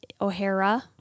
O'Hara